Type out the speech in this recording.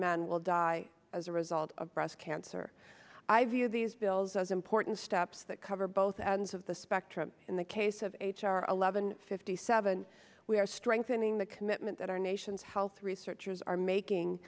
men will die as a result of breast cancer i view these bills as important steps that cover both ends of the spectrum in the case of h r eleven fifty seven we are strengthening the commitment that our nation's health researchers are making